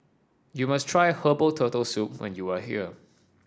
you must try Herbal Turtle Soup when you are here